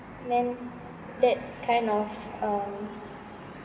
then that kind of um